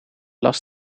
las